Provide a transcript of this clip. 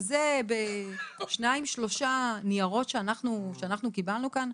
וזה בשניים שלושה ניירות שאנחנו קיבלנו כאן.